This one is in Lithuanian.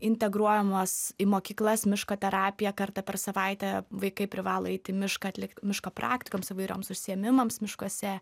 integruojamos į mokyklas miško terapija kartą per savaitę vaikai privalo eiti į mišką atlikt miško praktikoms įvairioms užsiėmimams miškuose